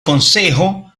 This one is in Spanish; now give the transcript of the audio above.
concejo